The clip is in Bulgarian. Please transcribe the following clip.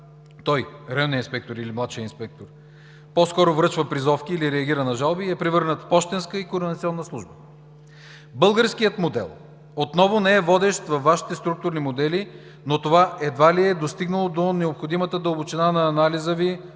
той – районният инспектор или младшият инспектор, по-скоро връчва призовки или реагира на жалби и е превърнат в пощенска и координационна служба? Българският модел отново не е водещ във Вашите структурни модели, но това едва ли е достигнало до необходимата дълбочина на анализа